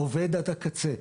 עובד עד הקצה.